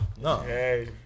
no